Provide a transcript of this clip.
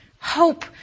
Hope